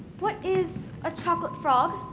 what is a chocolate frog?